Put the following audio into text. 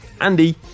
Andy